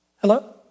Hello